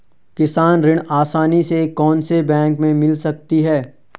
किसान ऋण आसानी से कौनसे बैंक से मिल सकता है?